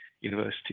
university